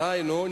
דהיינו,